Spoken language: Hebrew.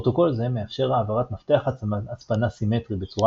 פרוטוקול זה מאפשר העברת מפתח הצפנה סימטרי בצורה